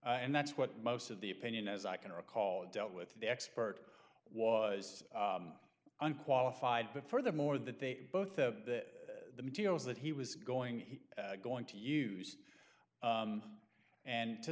and that's what most of the opinion as i can recall dealt with the expert was unqualified but furthermore that they both that the materials that he was going he going to use and to